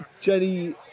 Jenny